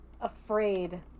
afraid